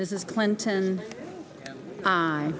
this is clinton